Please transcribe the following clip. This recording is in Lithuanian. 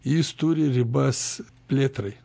jis turi ribas plėtrai